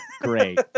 Great